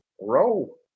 Roll